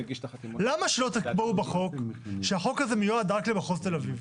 למה שלא תקבעו בחוק שהחוק הזה מיועד רק למחוז תל אביב?